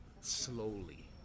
slowly